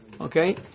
Okay